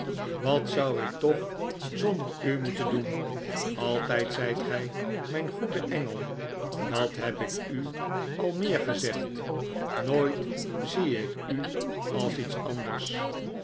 wat zou ik toch zonder u moeten doen altijd zijt ge mijn goede engel dat heb ik u al meer gezegd nooit zie ik u als iets anders